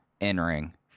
entering